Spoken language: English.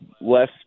less